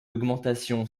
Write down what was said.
augmentation